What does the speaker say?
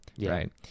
Right